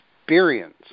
experience